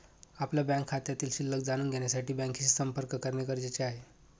आपल्या बँक खात्यातील शिल्लक जाणून घेण्यासाठी बँकेशी संपर्क करणे गरजेचे आहे